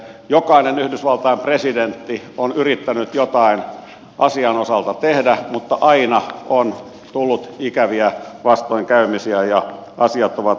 jokainen yhdysvaltain presidentti on yrittänyt jotain asian osalta tehdä mutta aina on tullut ikäviä vastoinkäymisiä ja asiat ovat siirtyneet